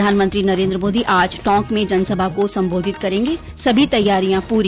प्रधानमंत्री नरेन्द्र मोदी आज टोंक में जनसभा को संबोधित करेंगे सभी तैयारियां पूरी